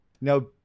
Now